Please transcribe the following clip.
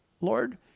Lord